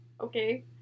Okay